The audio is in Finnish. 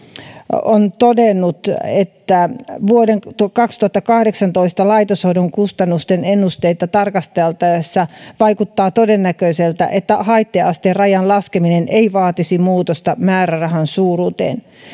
on todennut että vuoden kaksituhattakahdeksantoista laitoshoidon kustannusten ennusteita tarkasteltaessa vaikuttaa todennäköiseltä että haitta asteen rajan laskeminen ei vaatisi muutosta määrärahan suuruuteen